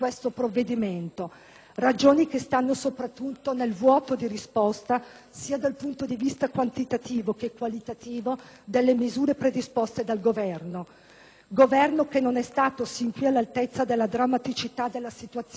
che stanno soprattutto nel vuoto di risposta, sia dal punto di vista quantitativo che qualitativo, delle misure predisposte dal Governo. Il Governo non è stato sin qui all'altezza della drammaticità della situazione che abbiamo di fronte.